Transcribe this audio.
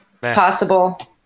possible